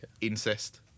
incest